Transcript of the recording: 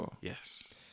Yes